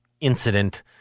incident